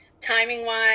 timing-wise